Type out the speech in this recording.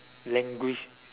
language